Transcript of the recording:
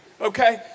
okay